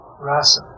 rasa